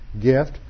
gift